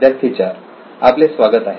विद्यार्थी 4 आपले स्वागत आहे